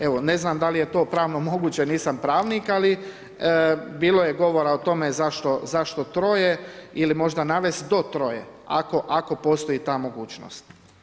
Evo, ne znam, da li je to pravno moguće jer nisam pravnik, ali bilo je govora o tome zašto troje, ili možda navesti do troje, ako postoji ta mogućnost.